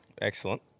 Excellent